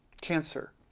cancer